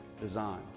design